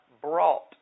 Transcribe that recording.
brought